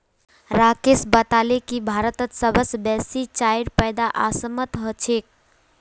राकेश बताले की भारतत सबस बेसी चाईर पैदा असामत ह छेक